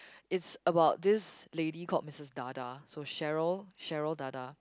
it's about this lady called Missus Dada so Cheryl Cheryl Dada